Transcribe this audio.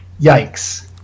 Yikes